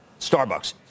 Starbucks